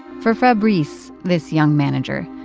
for fabrice, this young manager,